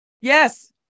Yes